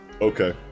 Okay